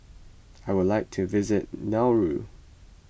I would like to visit Nauru